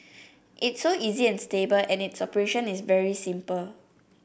it's so easy and stable and its operation is very simple